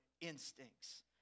instincts